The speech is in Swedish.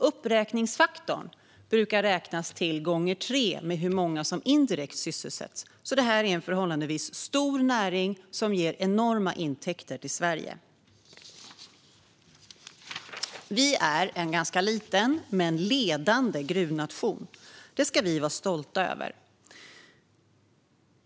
Uppräkningsfaktorn brukar räknas gånger tre med hur många som indirekt sysselsätts, så det är en förhållandevis stor näring som ger enorma intäkter till Sverige. Vi är en ganska liten men ledande gruvnation. Det ska vi vara stolta över.